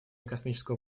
космического